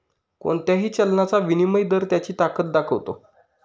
कोणत्याही चलनाचा विनिमय दर त्याची ताकद दाखवतो